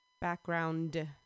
Background